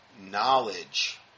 knowledge